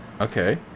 Okay